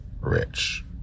rich